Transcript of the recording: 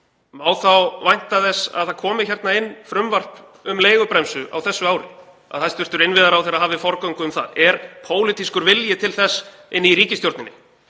Má þá vænta þess að það komi inn frumvarp um leigubremsu á þessu ári, að hæstv. innviðaráðherra hafi forgöngu um það? Er pólitískur vilji til þess í ríkisstjórninni